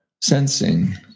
sensing